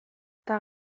eta